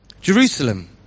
Jerusalem